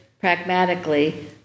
pragmatically